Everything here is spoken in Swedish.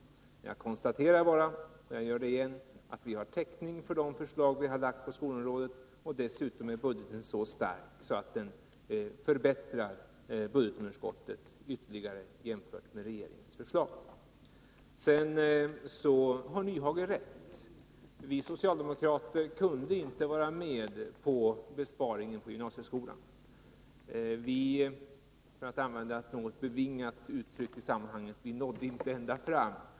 Jag kan bara — igen — säga att vi har täckning för de förslag som vi har lagt på skolområdet, och dessutom är vårt budgetförslag så starkt att det förbättrar budgetunderskottet ytterligare jämfört med regeringens förslag. Hans Nyhage har rätt på en punkt: vi socialdemokrater kunde inte vara med om besparingen på gymnasieskolan. För att använda ett något bevingat uttryck: Vi nådde inte ända fram.